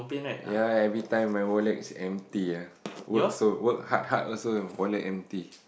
ya every time my wallet is empty ah work so work hard hard also wallet empty